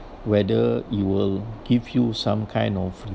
whether it will give you some kind of